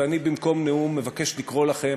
ואני במקום נאום מבקש לקרוא לכם